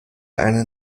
eine